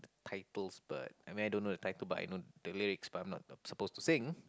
titles but I mean I don't know the title but I know the lyrics but I'm not supposed to sing